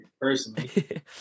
Personally